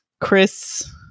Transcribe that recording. Chris